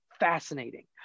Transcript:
Fascinating